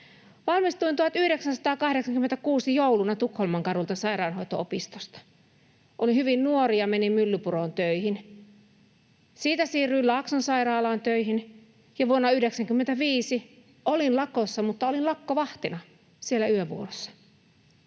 Valmistuin 1986 jouluna Tukholmankadulta sairaanhoito-opistosta. Olin hyvin nuori ja menin Myllypuroon töihin. Siitä siirryin Laakson sairaalan töihin, ja vuonna 1995 olin lakossa, mutta olin lakkovahtina siellä yövuorossa.